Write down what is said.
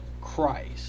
Christ